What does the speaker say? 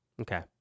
Okay